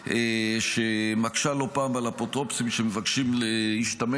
שמקשה לא פעם על אפוטרופוסים שמבקשים להשתמש